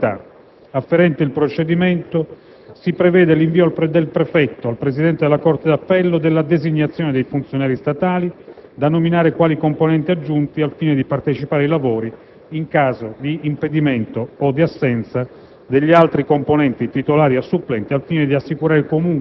specificamente consentita in conformità agli impegni internazionali. Come ultima modalità afferente il procedimento, si prevede l'invio da parte del prefetto al presidente della corte d'appello della designazione dei funzionari statali da nominare quali componenti aggiunti al fine di partecipare ai lavori